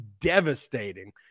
devastating